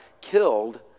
killed